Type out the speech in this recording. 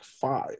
five